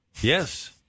Yes